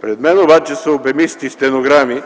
Пред мен обаче са обемисти стенограми